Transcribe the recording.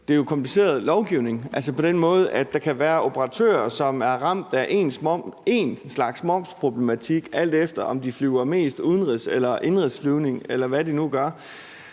det er kompliceret lovgivning, altså på den måde, at der kan være operatører, som er ramt af én slags momsproblematik, alt efter om de flyver mest udenrigs- eller indenrigsflyvning, eller hvad de nu gør.